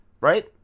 right